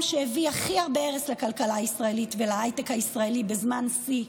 שהביא הכי הרבה הרס לכלכלה הישראלית ולהייטק הישראלי בזמן שיא.